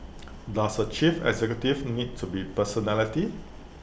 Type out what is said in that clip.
does A chief executive need to be personality